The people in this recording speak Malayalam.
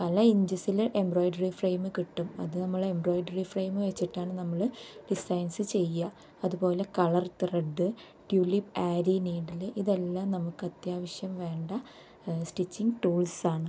പല ഇഞ്ചസിൽ എംബ്രോയിഡറി ഫ്രെയിമ് കിട്ടും അത് നമ്മൾ എംബ്രോയിഡറി ഫ്രെയിമ് വെച്ചിട്ടാണ് നമ്മൾ ഡിസൈൻസ് ചെയ്യുക അതുപോലെ കളർ ത്രെഡ് ട്യുലിപ്പ് ആരി നീഡ്ല് ഇതെല്ലാം നമുക്ക് അത്യാവശ്യം വേണ്ട സ്റ്റിച്ചിങ്ങ് ടൂൾസാണ്